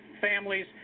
families